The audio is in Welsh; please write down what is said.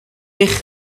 eich